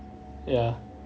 ya